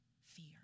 fear